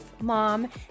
mom